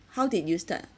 how did you start